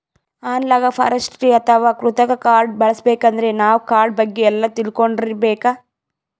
analogue forestry ಅಥವಾ ಕೃತಕ್ ಕಾಡ್ ಬೆಳಸಬೇಕಂದ್ರ ನಾವ್ ಕಾಡ್ ಬಗ್ಗೆ ಎಲ್ಲಾ ತಿಳ್ಕೊಂಡಿರ್ಬೇಕ್